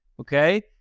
okay